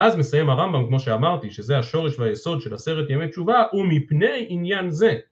אז מסיים הרמב״ם, כמו שאמרתי, שזה השורש והיסוד של עשרת ימי תשובה, ומפני עניין זה ...